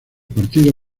partido